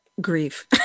grief